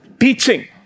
Teaching